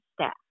staff